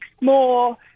more